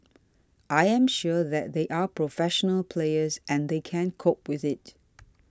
I am sure that they are professional players and they can cope with it